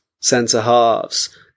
centre-halves